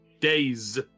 Days